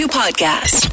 podcast